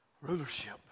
rulership